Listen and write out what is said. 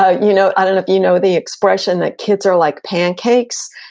ah you know i don't know if you know the expression that kids are like pancakes,